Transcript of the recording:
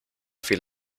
viel